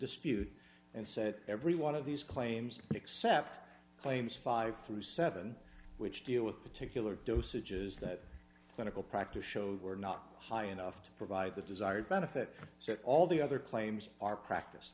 dispute and said every one of these claims except claims five through seven which deal with particular dosages that clinical practice showed were not high enough to provide the desired benefit so all the other claims are practice